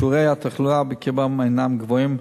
שיעורי התחלואה בקרבם אינם גבוהים.